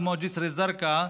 כמו ג'יסר א-זרקא,